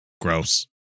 Gross